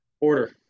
Order